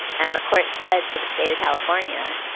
and the court said to the state of california,